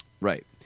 Right